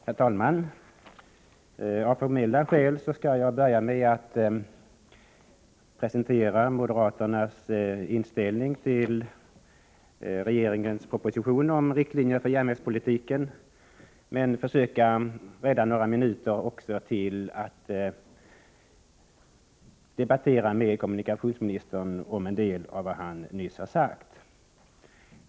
Herr talman! Av formella skäl skall jag börja med att presentera moderaternas inställning till regeringens proposition om riktlinjerna för järnvägspolitiken. Men jag skall försöka att avsätta några minuter till att också debattera med kommunikationsministern om en del av vad han nu har sagt.